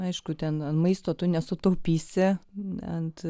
aišku ten maisto tu nesutaupysi nebent